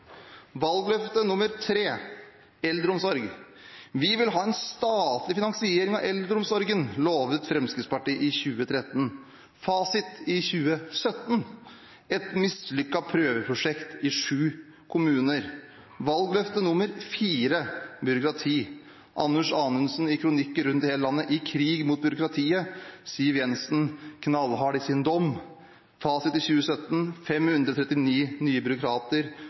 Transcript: Valgløfte nr. 3: Vi vil ha en statlig finansiering av eldreomsorgen, lovet Fremskrittspartiet i 2013. Fasit i 2017: et mislykket prøveprosjekt i sju kommuner. Valgløfte nr. 4: Anders Anundsen hadde kronikker rundt i hele landet om krig mot byråkratiet. Og Siv Jensen var knallhard i sin dom. Fasit i 2017: 539 nye byråkrater,